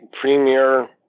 premier